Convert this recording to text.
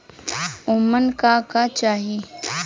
ओमन का का चाही?